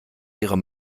ihre